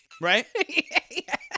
right